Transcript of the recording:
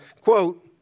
quote